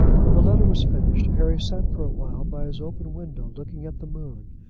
when the letter was finished harry sat for a while by his open window looking at the moon,